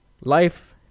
life